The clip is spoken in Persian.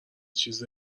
چیز